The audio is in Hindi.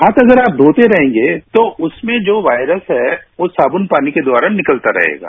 हाथ अगर आप धोते रहेंगे तो उसमें जो वॉयरस है वो साबुन पानी के द्वारा निकलता रहेगा